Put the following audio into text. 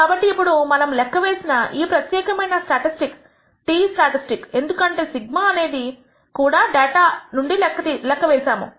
కాబట్టి ఇప్పుడు మనము లెక్క వేసిన ఈ ప్రత్యేకమైన స్టాటిస్టిక్t స్టాటిస్టిక్ ఎందుకంటే σ అనేది కూడా డేటా నుండి లెక్క వేసాము